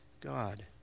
God